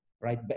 Right